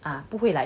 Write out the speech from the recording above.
ah 不会 like